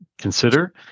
consider